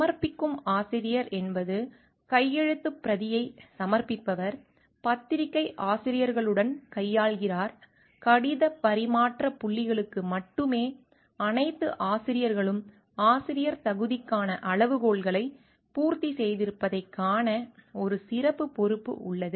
சமர்ப்பிக்கும் ஆசிரியர் என்பது கையெழுத்துப் பிரதியை சமர்ப்பிப்பவர் பத்திரிகை ஆசிரியர்களுடன் கையாள்கிறார் கடிதப் பரிமாற்ற புள்ளிகளுக்கு மட்டுமே அனைத்து ஆசிரியர்களும் ஆசிரியர் தகுதிக்கான அளவுகோல்களை பூர்த்தி செய்திருப்பதைக் காண ஒரு சிறப்புப் பொறுப்பு உள்ளது